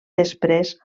després